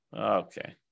Okay